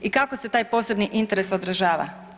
I kako se taj posebni interes odražava?